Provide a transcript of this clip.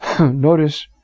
Notice